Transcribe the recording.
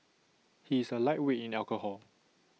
he is A lightweight in alcohol